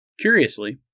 Curiously